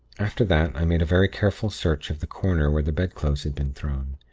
after that, i made a very careful search of the corner where the bedclothes had been thrown.